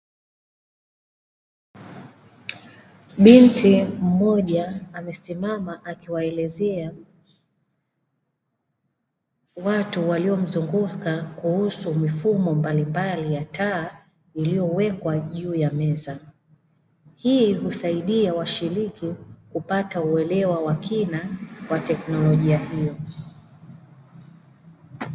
Binti mmoja amesimama, akiwaelezea watu waliomzunguka kuhusu mifumo mbalimbali ya taa iliyowekwa juu ya meza. Hii husaidia washiriki kupata uelewa wa kina wa teknolojia hiyo.